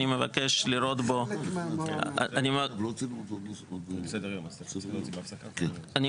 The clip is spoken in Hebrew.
ולכן, אני מבקש לראות בו נושא חדש.